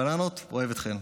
בננות, אוהב אתכן.